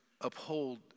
uphold